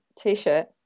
T-shirt